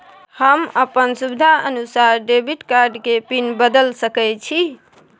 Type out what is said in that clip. हम अपन सुविधानुसार डेबिट कार्ड के पिन बदल सके छि?